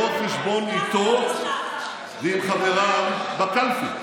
ויבוא חשבון איתו ועם חבריו בקלפי,